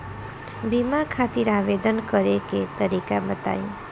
बीमा खातिर आवेदन करे के तरीका बताई?